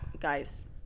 guys